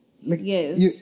Yes